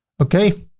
okay.